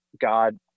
God